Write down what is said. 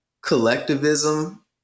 collectivism